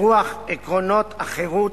ברוח עקרונות החירות,